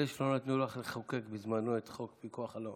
אלה שלא נתנו לך לחוקק בזמנו את חוק הפיקוח על,